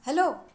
hello